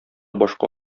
башка